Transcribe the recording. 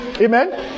Amen